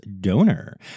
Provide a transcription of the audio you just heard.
donor